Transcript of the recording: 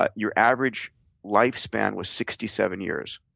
ah your average lifespan was sixty seven years.